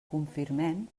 confirmem